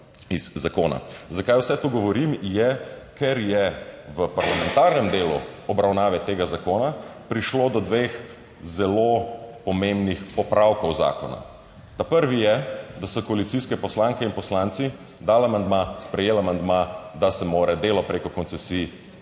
Zakaj vse to govorim je, ker je v parlamentarnem delu obravnave tega zakona prišlo do dveh zelo pomembnih popravkov zakona. Prvi je, da so koalicijske poslanke in poslanci dali amandma, sprejeli amandma, da se mora delo preko koncesij opravljati